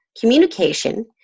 communication